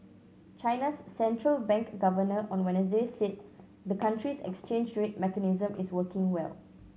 China's central bank governor on Wednesday said the country's exchange rate mechanism is working well